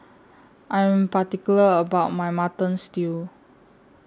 I Am particular about My Mutton Stew